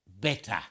better